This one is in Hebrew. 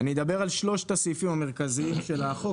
אני אדבר על שלושת הסעיפים המרכזיים של החוק,